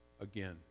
again